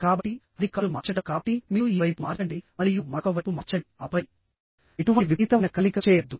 కాబట్టిఅది కాలు మార్చడం కాబట్టి మీరు ఈ వైపు మార్చండి మరియు మరొక వైపు మార్చండి ఆపై ఎటువంటి విపరీతమైన కదలికను చేయవద్దు